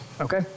okay